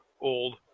old